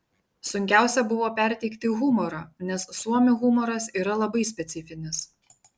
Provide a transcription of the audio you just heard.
sunkiausia buvo perteikti humorą nes suomių humoras yra labai specifinis